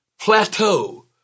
plateau